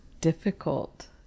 difficult